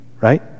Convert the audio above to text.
right